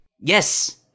yes